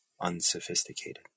unsophisticated